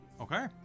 Okay